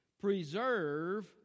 Preserve